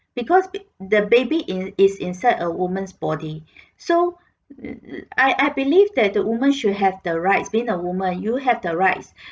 because the baby is is inside a woman's body so I I believe that the woman should have the rights being a woman you have the rights